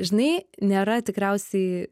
žinai nėra tikriausiai